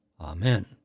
Amen